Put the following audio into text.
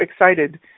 excited